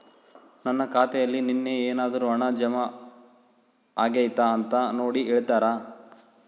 ನನ್ನ ಖಾತೆಯಲ್ಲಿ ನಿನ್ನೆ ಏನಾದರೂ ಹಣ ಜಮಾ ಆಗೈತಾ ಅಂತ ನೋಡಿ ಹೇಳ್ತೇರಾ?